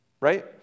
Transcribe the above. Right